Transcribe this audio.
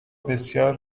بسیار